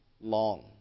long